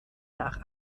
nach